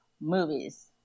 movies